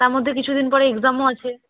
তার মধ্যে কিছুদিন পরে এক্সামও আছে